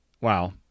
wow